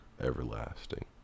Everlasting